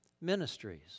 ministries